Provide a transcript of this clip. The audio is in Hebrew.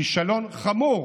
כישלון חמור